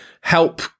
help